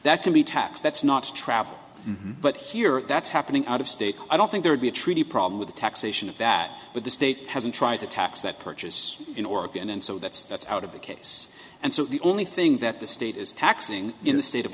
that can be taxed that's not travel but here that's happening out of state i don't think there would be a treaty problem with the taxation of that but the state hasn't tried to tax that purchase in oregon and so that's that's out of the case and so the only thing that the state is taxing in the state of